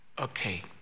Okay